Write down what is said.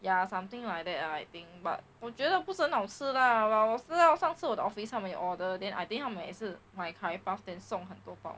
ya something like that ah I think but 我觉得不是很好吃啦 but 我知道上次我的 office 他们有 order then I think 他们也是买 curry puff then 送很多包